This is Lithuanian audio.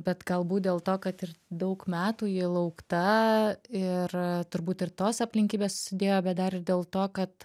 bet galbūt dėl to kad ir daug metų ji laukta ir turbūt ir tos aplinkybės susidėjo bet dar ir dėl to kad